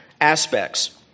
aspects